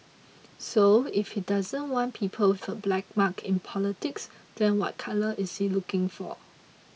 so if he doesn't want people with a black mark in politics then what colour is he looking for